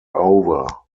over